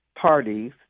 parties